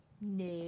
No